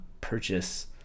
purchase